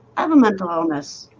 i'm a mental illness